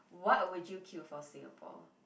what would you queue for Singapore